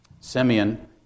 Simeon